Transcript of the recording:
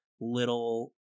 little